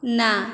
ନା